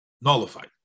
nullified